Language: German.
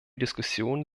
diskussion